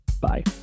Bye